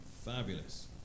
Fabulous